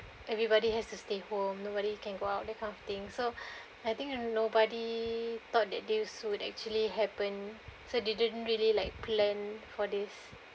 everybody has to stay home nobody can go out that kind of thing so I think you know nobody thought that this would actually happen so they didn't really like plan for this